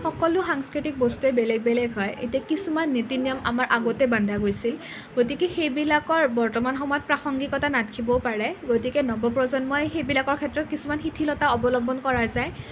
সকলো সাংস্কৃতিক বস্তুৱেই বেলেগ বেলেগ হয় এতিয়া কিছুমান নীতি নিয়ম আমাৰ আগতে বন্ধা গৈছিল গতিকে সেইবিলাকৰ বৰ্তমান সময়ত প্ৰাসাংগিকতা নাথাকিবও পাৰে গতিকে নৱ প্ৰজন্মই সেইবিলাকৰ ক্ষেত্ৰত কিছুমান শিথিলতা অৱলম্বন কৰা যায়